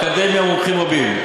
אקדמיה ומומחים רבים.